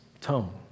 tone